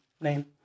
name